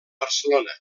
barcelona